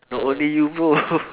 not only you bro